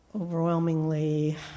overwhelmingly